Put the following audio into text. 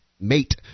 mate